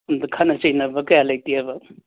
ꯑꯗ ꯈꯠꯅ ꯆꯩꯅꯕ ꯀꯌꯥ ꯂꯩꯇꯦꯕ